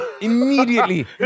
Immediately